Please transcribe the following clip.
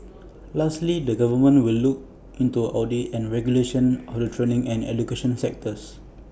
lastly the government will look into audit and regulation of the training and education sectors